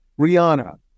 Rihanna